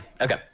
Okay